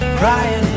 crying